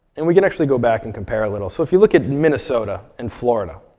and we can actually go back and compare a little. so if you look at minnesota and florida,